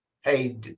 hey